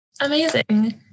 Amazing